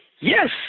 Yes